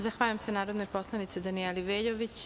Zahvaljujem se narodnoj poslanici, Danijeli Veljović.